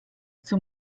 zum